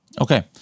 okay